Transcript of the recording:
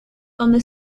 donde